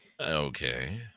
Okay